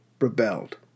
rebelled